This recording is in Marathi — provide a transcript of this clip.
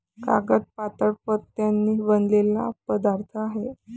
कागद पातळ पत्र्यांनी बनलेला पदार्थ आहे